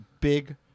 Big